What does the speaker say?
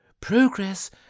Progress